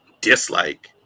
dislike